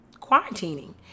quarantining